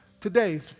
Today